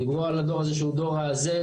דיברו על הדור הזה שהוא דור המסכים,